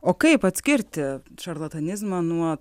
o kaip atskirti šarlatanizmą nuo